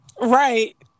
Right